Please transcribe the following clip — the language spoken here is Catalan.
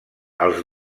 els